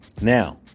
Now